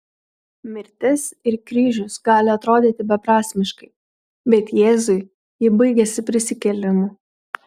mirtis ir kryžius gali atrodyti beprasmiškai bet jėzui ji baigėsi prisikėlimu